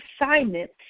assignment